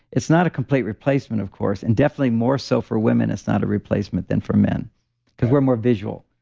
it's not a complete replacement of course and definitely more so for women it's not a replacement than for men because we're more visual.